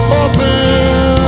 open